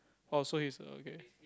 also is okay